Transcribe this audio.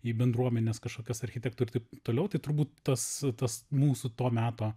į bendruomenes kažkokias architektų ir taip toliau tai turbūt tas tas mūsų to meto